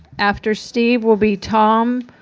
after steve will be tom